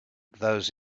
those